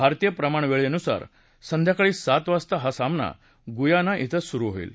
भारतीय प्रमाण वेळेनुसार संध्याकाळी सात वाजता हा सामना गुयाना बें सुरु होईल